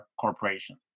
Corporation